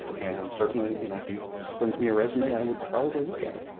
and certainly you know if he sends me a resume, i would probably look at it.